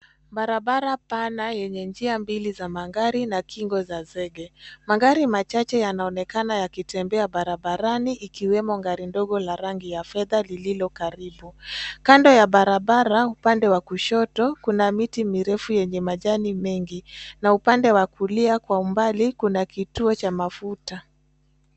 Barabara pana yenye njia mbili za magari na kingo za zege. Magari machache yanaonenakana yakitembea barabarani ikiwemo gari dogo la rangi ya fedha lililo karibu. Kando ya barabara upande wa kushoto kuna miti mirefu yenye majani mengi, na upande wa kulia kwa umbali kuna kituo cha mafuta.